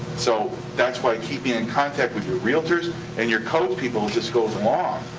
so that's why keeping in contact with your realtors and your codes people just goes along.